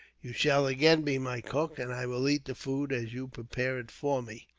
you shall again be my cook, and i will eat the food as you prepare it for me.